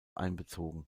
einbezogen